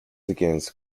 against